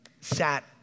sat